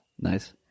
Nice